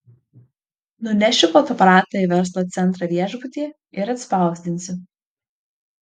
nunešiu fotoaparatą į verslo centrą viešbutyje ir atspausdinsiu